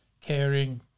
caring